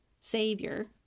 savior